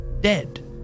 dead